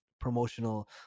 promotional